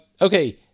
okay